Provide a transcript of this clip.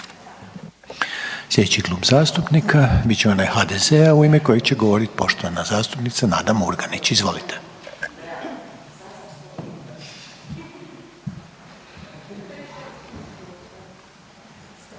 Slijedeći Klub zastupnika bit će onaj HDZ-a u ime kojeg će govoriti poštovana zastupnica Nada Murganić. Izvolite.